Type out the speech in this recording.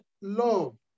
love